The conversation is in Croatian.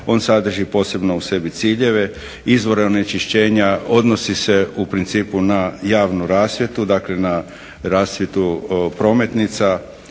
on sadrži posebno u sebi ciljeve, izvore onečišćenja, odnosi se u principu na javnu rasvjetu, dakle na rasvjetu prometnica,